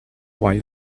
while